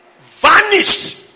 Vanished